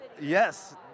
Yes